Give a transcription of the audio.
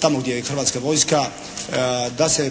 tako gdje je hrvatska vojska da se,